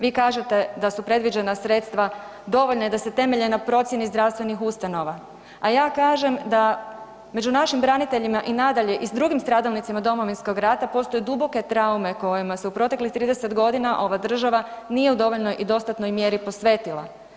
Vi kažete da su predviđena sredstva dovoljna i da se temelje na procjeni zdravstvenih ustanova, a ja kažem da među našim braniteljima i nadalje i s drugim stradalnicima Domovinskog rata postoje duboke traume kojima se u proteklih 30 godina ova država nije u dovoljnoj i dostatnoj mjeri posvetila.